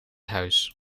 huis